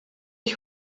ich